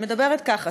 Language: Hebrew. אני מדברת ככה,